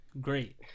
great